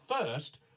first